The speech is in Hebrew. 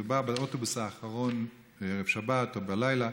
מדובר על האוטובוס האחרון בערב שבת או בלילה.